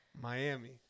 Miami